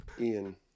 Ian